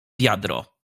wiadro